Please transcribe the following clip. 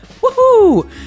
Woohoo